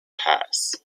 pass